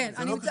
טוב, כן.